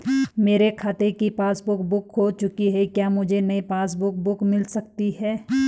मेरे खाते की पासबुक बुक खो चुकी है क्या मुझे नयी पासबुक बुक मिल सकती है?